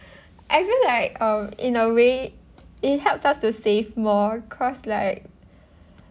I feel like uh in a way it help us to save more cause like